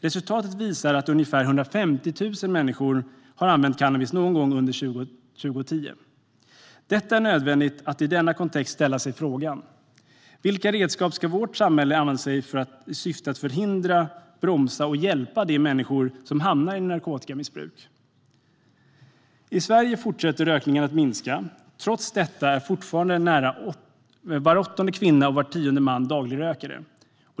Resultatet visar att ungefär 150 000 människor har använt cannabis någon gång under 2010. Det är i denna kontext nödvändigt att ställa sig frågan: Vilka redskap ska vårt samhälle använda sig av i syfte att förhindra och bromsa detta och hjälpa de människor som hamnat i ett narkotikamissbruk? I Sverige fortsätter rökningen att minska. Trots detta är fortfarande nära var åttonde kvinna och var tionde man dagligrökare.